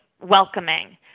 welcoming